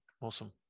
Awesome